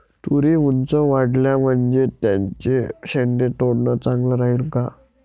तुरी ऊंच वाढल्या म्हनजे त्याचे शेंडे तोडनं चांगलं राहीन का?